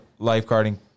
lifeguarding